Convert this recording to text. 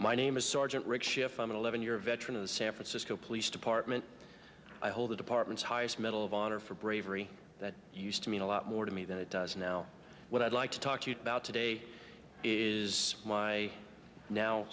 an eleven year veteran of the san francisco police department i hold the department's highest medal of honor for bravery that used to mean a lot more to me than it does now what i'd like to talk to you about today is my now